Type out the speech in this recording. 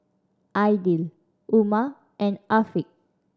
Aidil Umar and Afiq